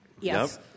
Yes